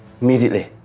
Immediately